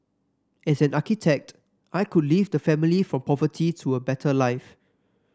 and as an architect I could lift the family from poverty to a better life